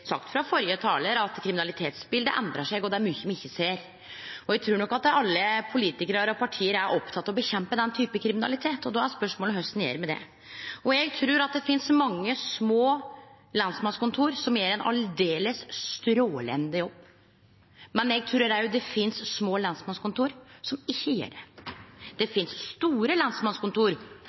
sagt frå førre talar, at kriminalitetsbiletet endrar seg. Det er mykje me ikkje ser, og eg trur nok at alle politikarar og parti er opptekne av å kjempe mot den typen kriminalitet. Då er spørsmålet: Korleis gjer me det? Eg trur det finst mange små lensmannskontor som gjer ein aldeles strålande jobb, men eg trur òg det finst små lensmannskontor som ikkje gjer det. Det finst store lensmannskontor